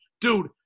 Dude